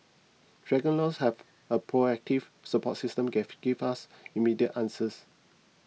dragon Laws has a proactive support system give gives us immediate answers